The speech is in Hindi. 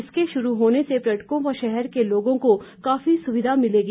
इसके शुरू होने से पर्यटकों व शहर के लोगों को काफी सुविधा मिलेगा